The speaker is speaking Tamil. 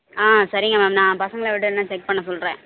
ஆ சரிங்க மேம் நான் பசங்களை விட்டு வேணால் செக் பண்ண சொல்கிறேன்